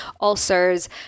ulcers